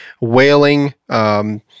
wailing